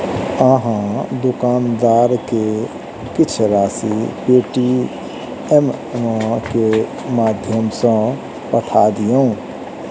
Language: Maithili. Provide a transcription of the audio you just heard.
अहाँ दुकानदार के किछ राशि पेटीएमम के माध्यम सॅ पठा दियौ